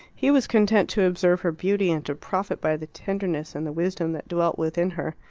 he was content to observe her beauty and to profit by the tenderness and the wisdom that dwelt within her.